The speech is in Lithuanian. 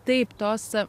taip tos